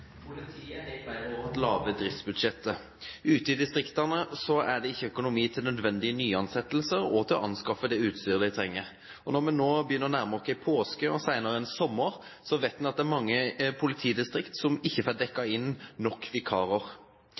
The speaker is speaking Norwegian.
Politiet har i flere år hatt lave driftsbudsjetter. Ute i distriktene er det ikke økonomi til nødvendige nyansettelser og til å anskaffe det utstyret de trenger. Når vi nå begynner å nærme oss påske, og senere en sommer, vet en at det er mange politidistrikter som ikke får dekket inn nok vikarer.